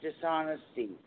dishonesty